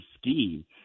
scheme